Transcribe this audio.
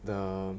the